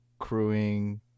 Crewing